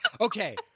Okay